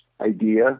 idea